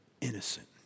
innocent